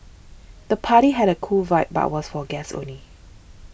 the party had a cool vibe but was for guests only